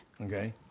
Okay